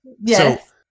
Yes